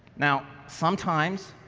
now, sometimes,